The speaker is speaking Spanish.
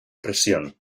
presión